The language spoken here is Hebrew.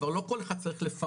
כבר לא כל אחד צריך לפרש,